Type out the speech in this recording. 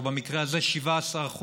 או במקרה הזה 17%,